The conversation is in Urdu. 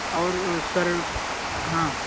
اور سر ہاں